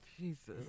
Jesus